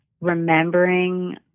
remembering